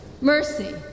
mercy